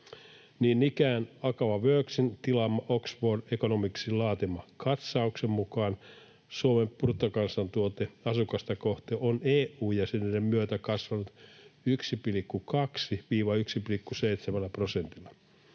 ikään AkavaWorksin tilaaman, Oxford Economicsin laatiman katsauksen mukaan Suomen bruttokansantuote asukasta kohti on EU-jäsenyyden myötä kasvanut 1,2—1,7 prosentilla.